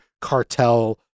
cartel